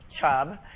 chub